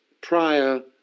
prior